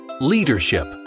leadership